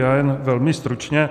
Já jen velmi stručně.